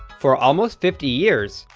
for almost fifty years,